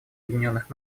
объединенных